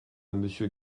monsieur